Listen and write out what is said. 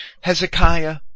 Hezekiah